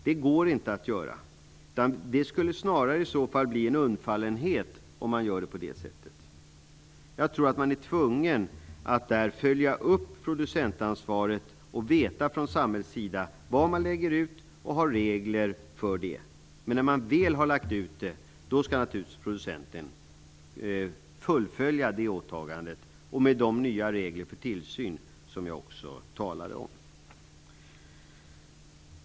Det går inte att göra det. I så fall skulle det snarare bli en undfallenhet. Jag tror att man är tvungen att följa upp producentansvaret, från samhällets sida veta vad man lägger ut och ha regler för det. När man väl har lagt ut ansvaret skall naturligtvis producenten fullfölja åtagandet, med de nya regler för tillsyn som jag också talade om.